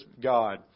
God